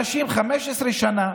15 שנה,